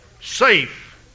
safe